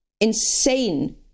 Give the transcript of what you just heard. insane